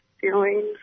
feelings